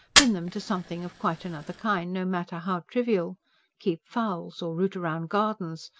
pin them to something of quite another kind, no matter how trivial keep fowls or root round gardens,